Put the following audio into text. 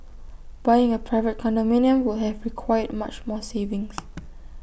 buying A private condominium would have required much more savings